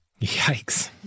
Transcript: Yikes